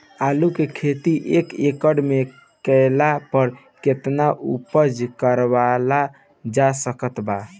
आलू के खेती एक एकड़ मे कैला पर केतना उपज कराल जा सकत बा?